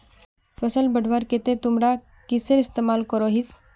फसल बढ़वार केते तुमरा किसेर इस्तेमाल करोहिस?